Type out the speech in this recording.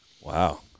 Wow